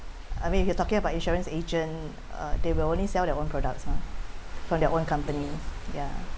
I mean if you are talking about insurance agent uh they will only sell their own products lah Terminology